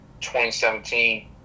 2017